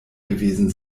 gewesen